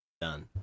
Done